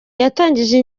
yatangije